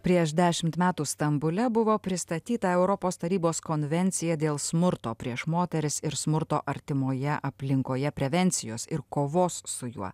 prieš dešimt metų stambule buvo pristatyta europos tarybos konvencija dėl smurto prieš moteris ir smurto artimoje aplinkoje prevencijos ir kovos su juo